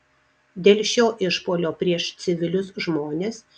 dėl šio išpuolio prieš civilius žmones